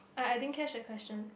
I I didn't catch the question